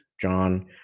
John